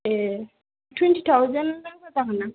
ए twenty thousand जागोनदां